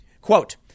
Quote